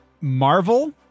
Marvel